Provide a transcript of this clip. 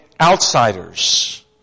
outsiders